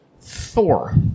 Thor